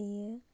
बेयो